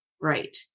Right